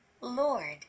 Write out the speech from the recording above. Lord